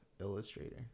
illustrator